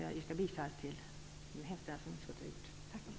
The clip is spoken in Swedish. Jag yrkar bifall till utskottets hemställan.